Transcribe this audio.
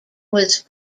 was